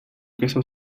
queso